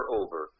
over